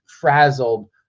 frazzled